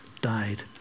died